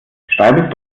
schreib